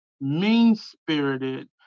mean-spirited